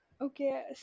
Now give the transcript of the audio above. Okay